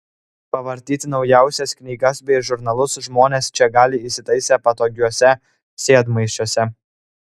pavartyti naujausias knygas bei žurnalus žmonės čia gali įsitaisę patogiuose sėdmaišiuose